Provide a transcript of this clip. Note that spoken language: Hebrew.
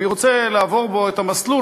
אני רוצה לעבור פה את המסלול,